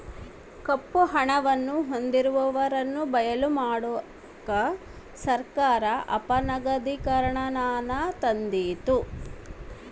ಕಪ್ಪು ಹಣವನ್ನು ಹೊಂದಿರುವವರನ್ನು ಬಯಲು ಮಾಡಕ ಸರ್ಕಾರ ಅಪನಗದೀಕರಣನಾನ ತಂದಿತು